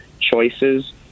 choices